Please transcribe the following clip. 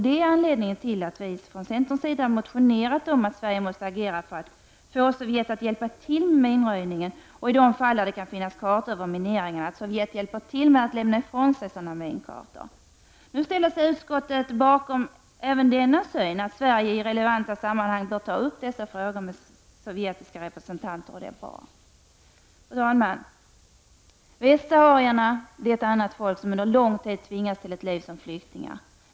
Det är anledningen till att vi från centerns sida motionerat om att Sverige måste agera för att få Sovjet att hjälpa till med minröjningen och, i de fall då det kan finnas kartor över mineringarna, hjälpa till genom att lämna dem ifrån sig. Nu ställer sig utskottet bakom också önskemålet att Sverige i relevanta sammanhang skall ta upp dessa frågor med sovjetiska representanter. Det är bra. Fru talman! Västsaharierna är ett annat folk som under lång tid tvingats till ett liv som flyktingar.